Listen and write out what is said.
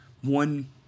one